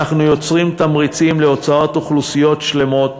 אנחנו יוצרים תמריצים להוצאת אוכלוסיות שלמות